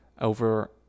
over